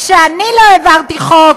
שאני לא העברתי חוק,